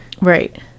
right